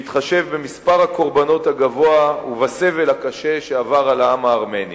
בהתחשב במספר הקורבנות הגבוה ובסבל הקשה שעבר על העם הארמני.